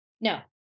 no